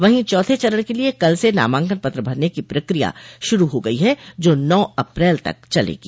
वहीं चौथे चरण के लिये कल से नामंकन पत्र भरने की प्रक्रिया शूरू हो गई है जो नौ अप्रैल तक चलेगी